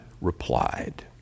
replied